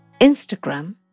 Instagram